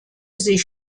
sich